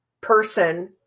person